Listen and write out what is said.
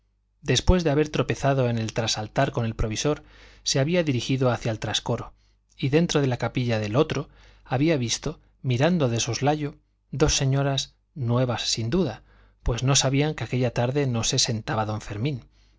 después de haber tropezado en el trasaltar con el provisor se había dirigido hacia el trascoro y dentro de la capilla del otro había visto mirando de soslayo dos señoras nuevas sin duda pues no sabían que aquella tarde no se sentaba don fermín